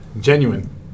genuine